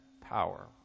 power